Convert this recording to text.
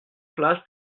place